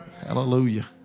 Hallelujah